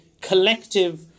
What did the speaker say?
collective